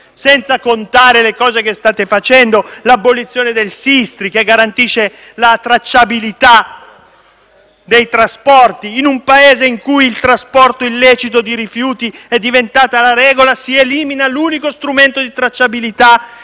Senza contare le altre misure: l'abolizione del Sistri, che garantisce la tracciabilità del trasporto dei rifiuti. In un Paese in cui il trasporto illecito di rifiuti è diventata la regola, si elimina l'unico strumento di tracciabilità